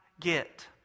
get